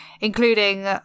including